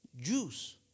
Jews